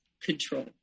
control